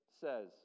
says